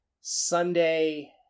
Sunday